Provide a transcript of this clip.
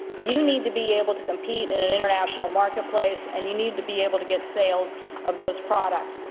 you need to be able to compete in an international marketplace and you need to be able to get sales of those products.